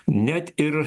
net ir